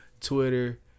Twitter